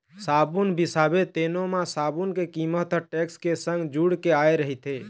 साबून बिसाबे तेनो म साबून के कीमत ह टेक्स के संग जुड़ के आय रहिथे